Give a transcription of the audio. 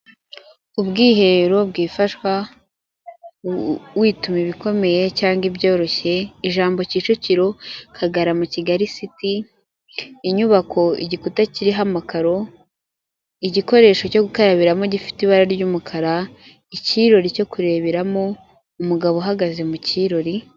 Ubwiherero bwifashwa wituma ibikomeye cyangwa ibyoroshye, ijambo Kicukiro Kagarama Kigali city, inyubako igikuta kiriho amakaro igikoresho cyo gukarabiramo gifite ibara ry'umukara, icyirori cyo kureberamo, umugabo uhagaze mu kirori.